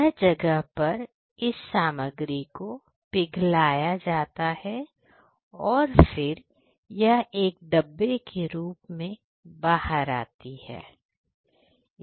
यह जगह पर इस सामग्री को पिघलाया जाता है और फिर यह एक डब्बे के रूप में बाहर आती है